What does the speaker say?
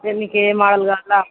నీకు ఏ మోడల్ కావాలో ఆ